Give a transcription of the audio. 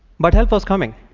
but help was coming.